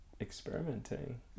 experimenting